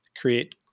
create